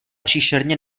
příšerně